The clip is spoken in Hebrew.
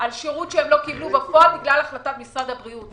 על שירות שהם לא קיבלו בפועל בגלל החלטת משרד הבריאות.